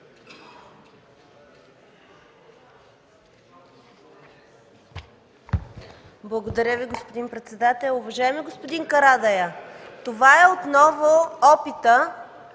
Благодаря Ви, господин председател. Уважаеми господин Карадайъ, това е отново опит